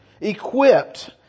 equipped